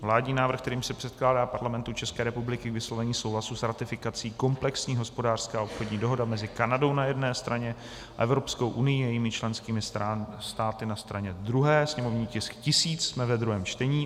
Vládní návrh, kterým se předkládá Parlamentu České republiky k vyslovení souhlasu s ratifikací Komplexní hospodářská a obchodní dohoda mezi Kanadou na jedné straně a Evropskou unií a jejími členskými státy na straně druhé /sněmovní tisk 1000/ druhé čtení